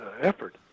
effort